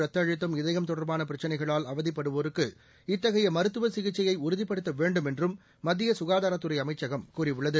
ரத்த அழுத்தம் இதயம் தொடர்பான பிரச்சினைகளால் அவதிப்படுவோருக்கு இத்தகைய மருத்துவ சிகிச்சையை உறுதிப்படுத்த வேண்டும் என்றும் மத்திய சுகாதாரத்துறை அமைச்சகம் கூறியுள்ளது